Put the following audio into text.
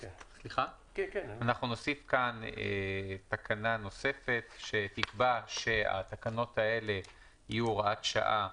אנחנו נוסיף כאן תקנה נוספת שתקבע שהתקנות האלה תהיינה הוראת שעה